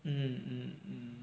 mm mm mm